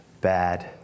bad